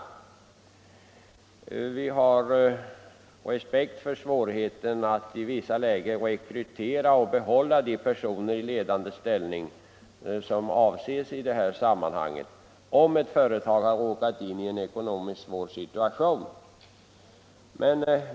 Vi har respekt för svårigheten att i vissa lägen rekrytera och behålla de personer i ledande ställning som avses i det här sammanhanget, om ett företag har råkat in i en ekonomiskt svår situation.